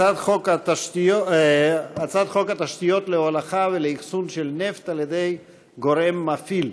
הצעת חוק תשתיות להולכה ולאחסון של נפט על-ידי גורם מפעיל,